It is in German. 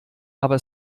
aber